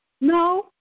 No